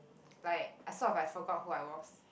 like I sort of like soak out who I was